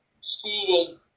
school